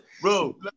Bro